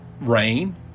rain